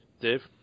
Dave